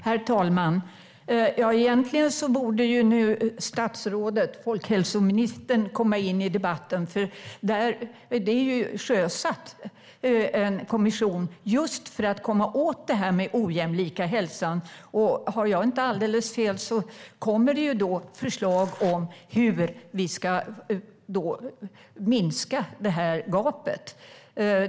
Herr talman! Egentligen borde statsrådet och folkhälsoministern komma in i debatten. Det har sjösatts en kommission för att komma åt just ojämlik hälsa. Om jag inte har alldeles fel kommer det förslag om hur vi ska minska gapet.